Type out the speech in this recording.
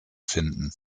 finden